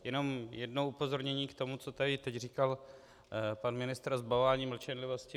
Jenom jedno upozornění k tomu, co tady teď říkal pan ministr o zbavování mlčenlivosti.